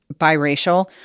biracial